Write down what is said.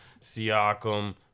Siakam